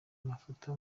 amafoto